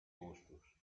gustos